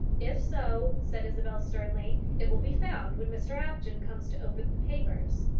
if so, said isabel sternly, it will be found when mr apjohn comes to open the papers.